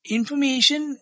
Information